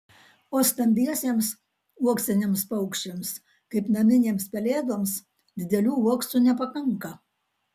o stambiesiems uoksiniams paukščiams kaip naminėms pelėdoms didelių uoksų nepakanka